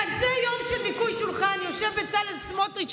בכזה יום של ניקוי שולחן יושב בצלאל סמוטריץ',